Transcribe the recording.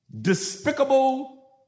despicable